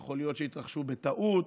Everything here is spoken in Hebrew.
יכול להיות שהתרחשו בטעות,